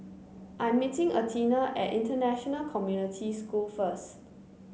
I'm meeting Athena at International Community School first